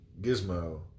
Gizmo